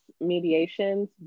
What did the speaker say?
mediations